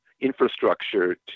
infrastructure